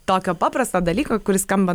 tokio paprasto dalyko kuris skamba